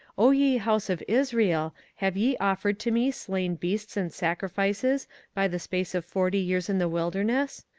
o ye house of israel, have ye offered to me slain beasts and sacrifices by the space of forty years in the wilderness?